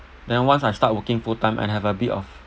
then once I start working full time and have a bit of